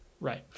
Right